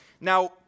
Now